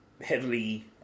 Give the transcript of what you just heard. heavily